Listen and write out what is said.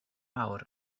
mawr